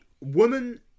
woman